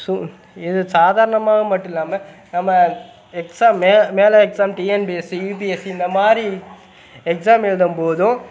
சு இது சாதாரணமாகவும் மட்டுல்லாமல் நம்ம எக்ஸாம் மே மேல் எக்ஸாம் டிஎன்பிஎஸ்சி யூபிஎஸ்சி இந்தமாதிரி எக்ஸாம் எழுதம்போதும்